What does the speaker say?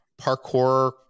parkour